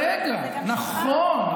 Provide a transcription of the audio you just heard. נכון,